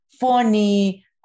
funny